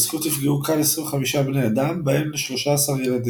מההתרסקות נפגעו קל 25 בני אדם, בהם 13 ילדים.